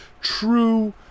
true